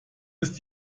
ist